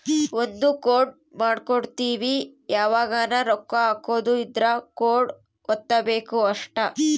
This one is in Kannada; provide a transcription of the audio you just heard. ಒಂದ ಕೋಡ್ ಮಾಡ್ಕೊಂಡಿರ್ತಿವಿ ಯಾವಗನ ರೊಕ್ಕ ಹಕೊದ್ ಇದ್ರ ಕೋಡ್ ವತ್ತಬೆಕ್ ಅಷ್ಟ